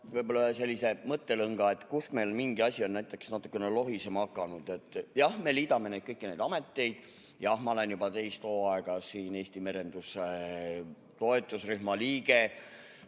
võib-olla sellise mõttelõnga, kus meil mingi asi on natukene lohisema hakanud. Jah, me liidame kõiki neid ameteid. Jah, ma olen juba teist hooaega siin Eesti merenduse toetusrühma liige,